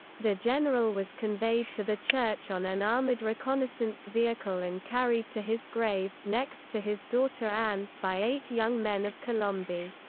the general was conveyed to the church on an armoured reconnaissance vehicle and carried to his grave, next to his daughter anne, by eight young men of colombey.